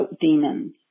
demons